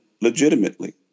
legitimately